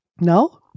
No